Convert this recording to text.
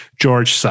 George